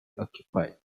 occupied